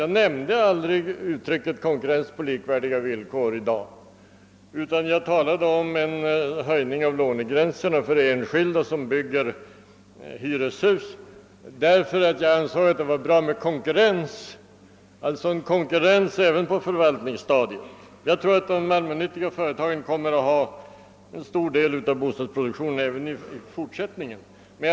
Jag nämnde aldrig i dag uttrycket konkurrens på lika villkor, men jag talade om en höjning av lånegränserna för enskilda som bygger hyreshus, därför att jag anser att det är bra med konkurrens även på förvaltningsstadiet. Jag tror att de allmännyttiga företagen kommer att handha en stor del av bostadsproduktionen även i fortsättningen.